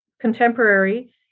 contemporary